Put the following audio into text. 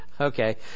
Okay